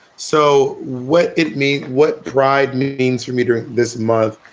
so what it mean? what dried means for me during this month?